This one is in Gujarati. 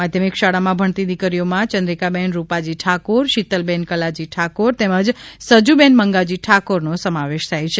માધ્યમિક શાળામાં ભણતી દીકરીઓ માં ચંદ્રિકાબેન રુપાજી ઠાકોર શીતલબેન કલાજી ઠાકોર તેમજ સજુબેન મંગાજી ઠાકોર નો સમાવેશ થાય છે